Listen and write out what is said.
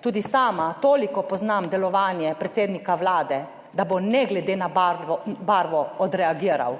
tudi sama toliko poznam delovanje predsednika Vlade, da bo ne glede na barvo odreagiral.